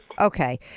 Okay